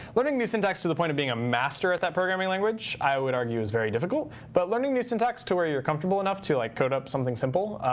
learning new syntax to the point of being a master at that programming language i would argue is very difficult. but learning new syntax to where you're comfortable enough to like code up something simple,